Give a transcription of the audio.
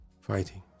fighting